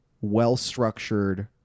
well-structured